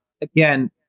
again